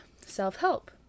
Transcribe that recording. self-help